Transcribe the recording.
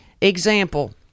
Example